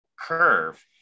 Curve